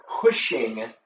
pushing